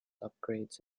upgrades